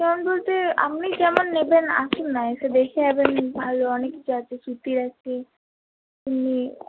বলতে আপনি কেমন নেবেন আসুন না এসে দেখে যাবেন ভালো অনেক কিছু আছে সুতির আছে